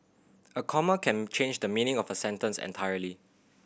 a comma can change the meaning of a sentence entirely